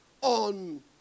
on